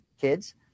kids